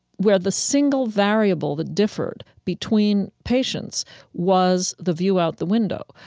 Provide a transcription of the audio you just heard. where the single variable that differed between patients was the view out the window,